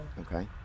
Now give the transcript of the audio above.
Okay